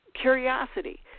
curiosity